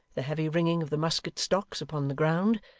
the heavy ringing of the musket-stocks upon the ground,